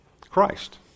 Christ